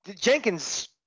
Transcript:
Jenkins